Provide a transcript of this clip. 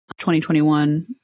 2021